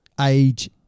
age